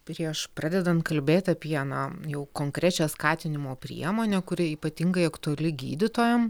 prieš pradedant kalbėt apie na jau konkrečią skatinimo priemonę kuri ypatingai aktuali gydytojam